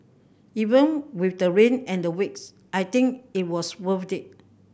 even with the rain and the wait I think it was worth they